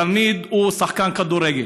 התלמיד הוא שחקן כדורגל,